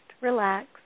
relax